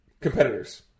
competitor's